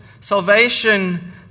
salvation